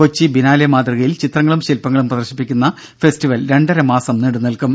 Kochi biennale മാതൃകയിൽ ചിത്രങ്ങളും ശില്പങ്ങളും പ്രദർശിപ്പിക്കുന്ന ഫെസ്റ്റിവെൽ രണ്ടര മാസം നീണ്ടു നിൽക്കും